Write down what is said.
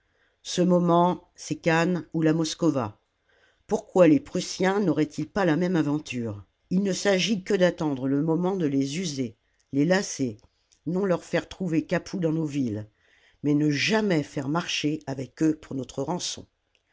ce moment c'est cannes ou la moskowa pourquoi les prussiens n'auraient-ils pas la même aventure il ne s'agit que d'attendre le moment de les user les lasser non leur faire trouver capoue dans nos villes mais ne jamais faire marché avec eux pour notre rançon